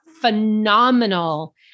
phenomenal